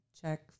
check